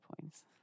points